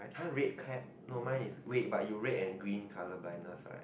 !huh! red cap no mine is wait but you red and green color blindness right